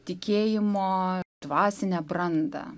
tikėjimo dvasinę brandą